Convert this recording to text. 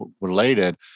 related